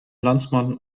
landsmann